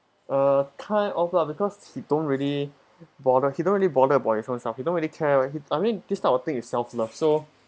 uh kind of lah because he don't really bother he don't really bother about his own stuff he don't really care he I mean this type of thing is self love so